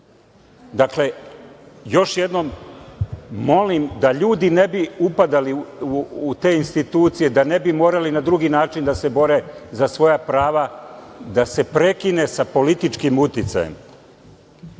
Dakle, još jednom molim, da ljudi ne bi upadali u te institucije, da ne bi morali na drugi način da se bore za svoja prava, da se prekine sa političkim uticajem. Što